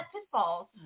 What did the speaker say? pitfalls